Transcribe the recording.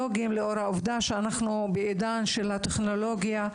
העובדה שאנחנו בעידן של טכנולוגיה.